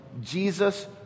Jesus